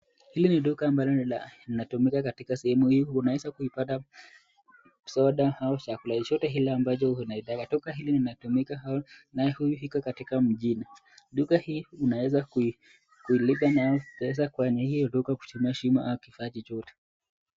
Hili ni duka ambalo linatumika katika sehemu hii, unaweza kupata soda au chakula chochote ile ambacho unaitaka. Duka hili linatumika na iko katika mjini duka hii unaweza kulipa na mpesa kwenye duka au kuhifadhia kifaa chochote.